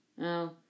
Oh